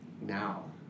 now